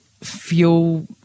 fuel